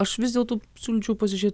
aš vis dėlto siūlyčiau pasižiūrėt